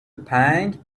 pang